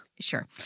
Sure